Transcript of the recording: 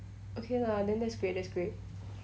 okay lah then that's great that's great